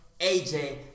AJ